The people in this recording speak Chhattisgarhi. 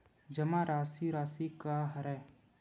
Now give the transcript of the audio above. जमा राशि राशि का हरय?